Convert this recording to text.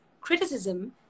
criticism